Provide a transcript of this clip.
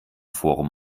forum